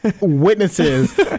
witnesses